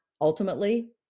ultimately